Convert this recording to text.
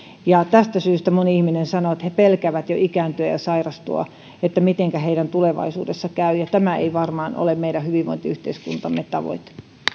ja tästä syystä moni ihminen sanoo että jo pelkää ikääntyä ja sairastua ja kysyy mitenkä hänen tulevaisuudessa käy ja tämä ei varmaan ole meidän hyvinvointiyhteiskuntamme tavoite